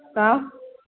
तब